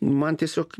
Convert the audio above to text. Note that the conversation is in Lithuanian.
man tiesiog